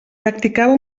practicava